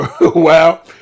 Wow